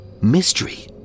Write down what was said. mystery